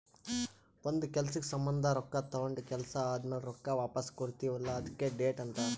ಒಂದ್ ಕೆಲ್ಸಕ್ ಸಂಭಂದ ರೊಕ್ಕಾ ತೊಂಡ ಕೆಲ್ಸಾ ಆದಮ್ಯಾಲ ರೊಕ್ಕಾ ವಾಪಸ್ ಕೊಡ್ತೀವ್ ಅಲ್ಲಾ ಅದ್ಕೆ ಡೆಟ್ ಅಂತಾರ್